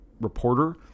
reporter